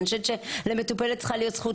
אני חושבת שלמטופלת צריכה להיות הזכות